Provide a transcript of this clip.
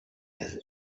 his